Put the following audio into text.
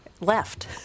left